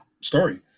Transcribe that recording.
story